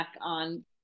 on